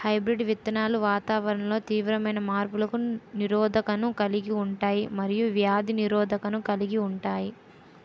hybrid విత్తనాలు వాతావరణంలో తీవ్రమైన మార్పులకు నిరోధకతను కలిగి ఉంటాయి మరియు వ్యాధి నిరోధకతను కలిగి ఉంటాయి